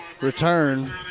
return